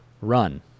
run